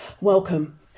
Welcome